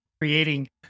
creating